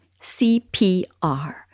CPR